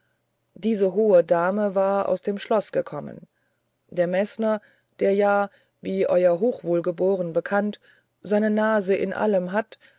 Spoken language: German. diese hohe dame war aus dem schloß gekommen der meßner der ja wie euer hochwohlgeboren bekannt seine nase in allem hat